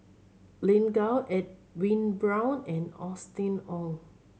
Lin Gao Edwin Brown and Austen Ong